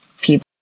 people